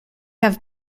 have